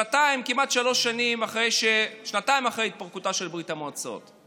שנתיים אחרי התפרקותה של ברית המועצות,